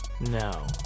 No